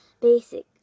Basic